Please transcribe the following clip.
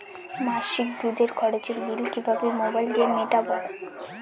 মাসিক দুধের খরচের বিল কিভাবে মোবাইল দিয়ে মেটাব?